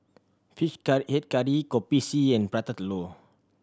fish head curry Kopi C and Prata Telur